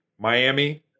miami